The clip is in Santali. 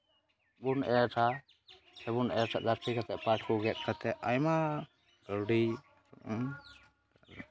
ᱵᱚᱱ ᱮᱨᱻ ᱟ ᱥᱮᱵᱚᱱ ᱮᱨᱻᱟ ᱯᱟᱴ ᱠᱚ ᱜᱮᱫ ᱠᱟᱛᱮᱫ ᱟᱭᱢᱟ ᱠᱟᱹᱣᱰᱤ ᱵᱚᱱ